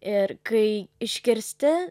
ir kai išgirsti